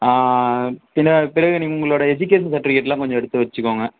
ஆ பின்னாடி பிறகு நீங்கள் உங்களோட எஜுகேஷன் சர்ட்டிஃபிக்கேட்டுலாம் கொஞ்சம் எடுத்து வைச்சிக்கோங்க